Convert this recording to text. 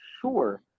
sure